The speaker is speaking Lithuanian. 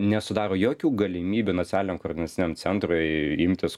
nesudaro jokių galimybių nacionaliniam koordinaciniam centrui imtis